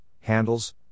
handles